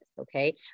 okay